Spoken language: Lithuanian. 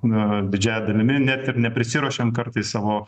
na didžiąja dalimi net ir neprisiruošiant kartais savo